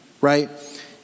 right